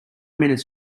minutes